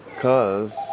Cause